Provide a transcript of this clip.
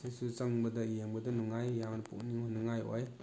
ꯁꯤꯁꯨ ꯆꯪꯕꯗ ꯌꯦꯡꯕꯗ ꯅꯨꯡꯉꯥꯏ ꯌꯥꯝꯅ ꯄꯨꯛꯅꯤꯡ ꯍꯨꯅꯤꯡꯉꯥꯏ ꯑꯣꯏ